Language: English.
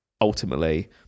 Ultimately